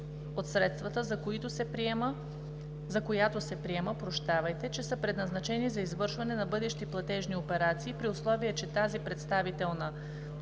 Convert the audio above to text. от средствата, за която се приема, че са предназначени за извършване на бъдещи платежни операции, при условие че тази представителна